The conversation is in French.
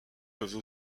peuvent